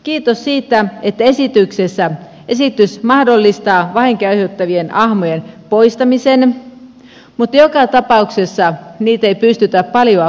kiitos siitä että esitys mahdollistaa vahinkoja aiheuttavien ahmojen poistamisen mutta joka tapauksessa niitä ei pystytä paljoa poistamaan